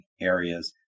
areas